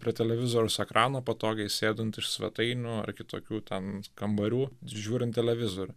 prie televizoriaus ekrano patogiai sėdint iš svetainių ar kitokių ten kambarių žiūrint televizorių